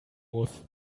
muss